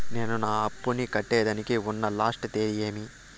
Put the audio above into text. నేను నా అప్పుని కట్టేదానికి ఉన్న లాస్ట్ తేది ఏమి?